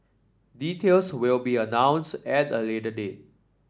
details will be announced at a later date